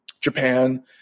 Japan